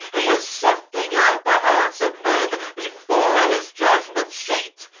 he is sifting out the hearts of men before his judgment seat.